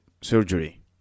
surgery